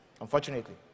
unfortunately